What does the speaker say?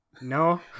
no